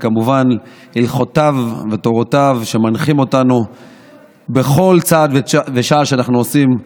וכמובן הלכותיו ותורותיו מנחות אותנו בכל צעד ושעל שאנחנו עושים.